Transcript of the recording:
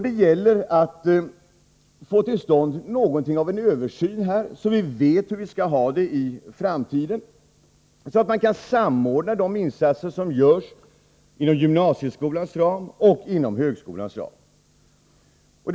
Det gäller att få tillstånd en översyn, så att vi vet hur vi skall ha det i framtiden, så att man kan samordna de insatser som görs, inom gymnasieskolans ram och inom högskolans ram.